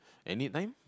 anytime